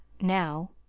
now